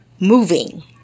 moving